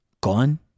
Gone